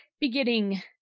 Beginning